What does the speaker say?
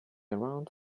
around